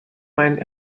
mein